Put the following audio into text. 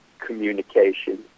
communication